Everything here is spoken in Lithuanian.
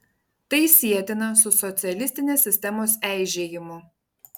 tai sietina su socialistinės sistemos eižėjimu